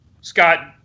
Scott